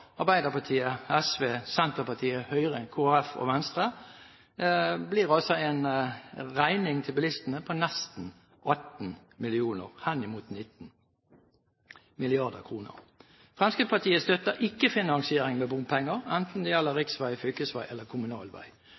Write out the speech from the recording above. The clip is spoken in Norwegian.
Arbeiderpartiet, SV, Senterpartiet, Høyre, Kristelig Folkeparti og Venstre, blir det altså en regning til bilistene på nesten 18 mrd. kr, henimot 19 mrd. kr. Fremskrittspartiet støtter ikke finansiering med bompenger, enten det gjelder riksvei, fylkesvei eller kommunal vei.